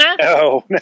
no